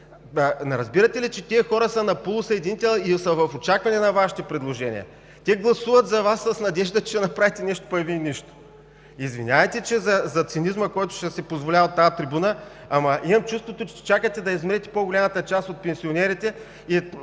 Разбирате ли, че тези хора са на полусъединител и са в очакване на Вашите предложения? Те гласуват за Вас с надеждата, че ще направите нещо, а пък Вие – нищо! Извинявайте за цинизма, който ще си позволя от тази трибуна, но имам чувството, че чакате да измре по-голямата част от пенсионерите,